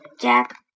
Jack